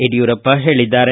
ಯಡಿಯೂರಪ್ಪ ಹೇಳಿದ್ದಾರೆ